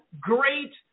great